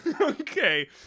Okay